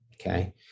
okay